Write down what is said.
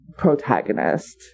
protagonist